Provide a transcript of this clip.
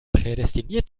prädestiniert